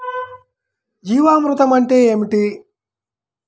జీవామృతం అంటే ఏమిటి?